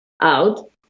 out